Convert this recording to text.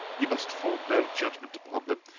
you must form no judgment upon them,